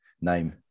name